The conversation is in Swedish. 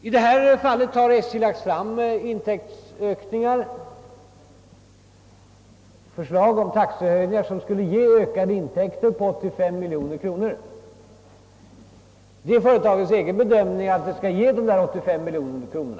I detta fall har SJ lagt fram förslag om taxehöjningar, som enligt företagets egen bedömning skulle ge ökade intäkter på 85 miljoner kronor.